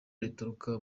rituruka